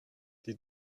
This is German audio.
die